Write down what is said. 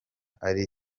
ari